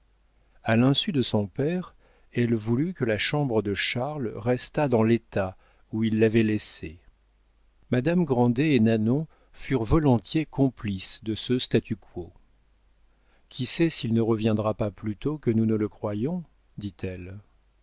a l'insu de son père elle voulut que la chambre de charles restât dans l'état où il l'avait laissée madame grandet et nanon furent volontiers complices de ce statu quo qui sait s'il ne reviendra pas plus tôt que nous ne le croyons dit-elle